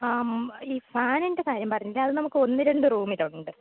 ഈ ഫാനിന്റെ കാര്യം പറഞ്ഞില്ലേ അത് നമുക്ക് ഒന്ന് രണ്ട് റൂമിൽ ഉണ്ട്